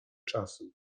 czasu